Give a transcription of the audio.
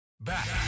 Back